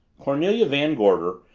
cornelia van gorder,